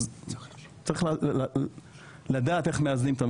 צריך לדעת איך מאזנים.